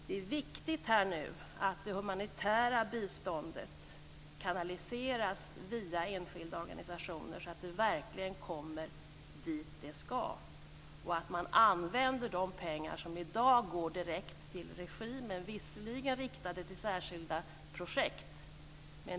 Det är viktigt att det humanitära biståndet kanaliseras via enskilda organisationer så att det verkligen kommer dit det ska och att man använder de pengar som i dag går direkt till regimen, visserligen riktade till särskilda projekt.